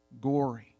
gory